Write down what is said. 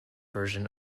version